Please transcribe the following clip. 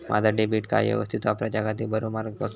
माजा debit card यवस्तीत वापराच्याखाती बरो मार्ग कसलो?